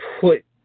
put